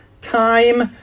time